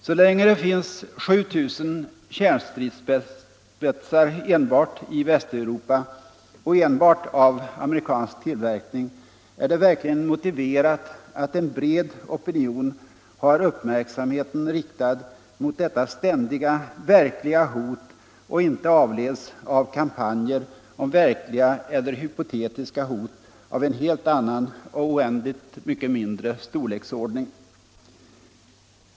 Så länge det finns 7 000 amerikanska kärnstridsspetsar enbart i Västeuropa är det verkligen motiverat att en bred opinion har uppmärksamheten riktad mot detta ständiga, verkliga hot och inte avleds av kampanjer om verkliga eller hypotetiska hot av en helt annan och oändligt mycket mindre storleksordning.